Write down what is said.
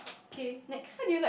okay next